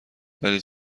ولی